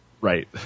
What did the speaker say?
Right